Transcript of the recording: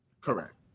correct